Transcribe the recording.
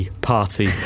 party